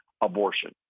abortion